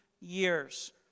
years